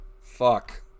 Fuck